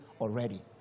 already